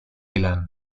island